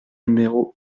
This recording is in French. numéro